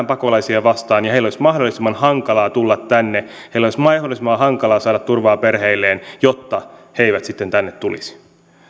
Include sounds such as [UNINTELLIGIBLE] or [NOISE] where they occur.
[UNINTELLIGIBLE] pakolaisia vastaan heille olisi mahdollisimman hankalaa tulla tänne ja heille olisi mahdollisimman hankalaa saada turvaa perheilleen jotta he eivät sitten tänne tulisi